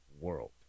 world